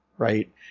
Right